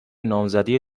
نامزدی